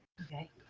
Okay